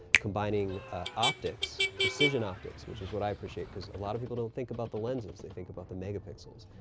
combining optics, precision optics, which is what i appreciate, cause a lot of people don't think about the lenses, they think about the megapixels.